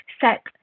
set